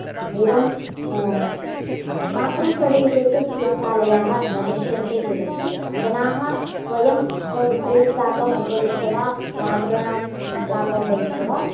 एवं अस्माकं प्रदेशे तु चिकित्सालयाः न दृश्यन्ते चेदपि जनाः स्वयं स्वमित्रैः साकम् उपविश्य वा मातृणां साकम् उपविश्य वा